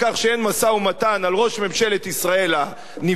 משא-ומתן על ראש ממשלת ישראל הנבחר,